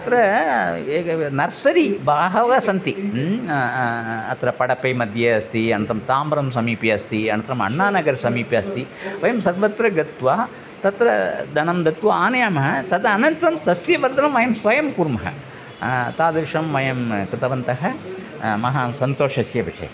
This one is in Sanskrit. अत्र एकं नर्सरि बहवः सन्ति अत्र पडपैमध्ये अस्ति अनन्तरं ताम्बरं समीपे अस्ति अनन्तरम् अन्नानगरं समीपे अस्ति वयं सर्वत्र गत्वा तत्र धनं दत्वा आनयामः तद् अनन्तरं तस्य वर्धनं वयं स्वयं कुर्मः तादृशं वयं कृतवन्तः महान् सन्तोषस्य विषयः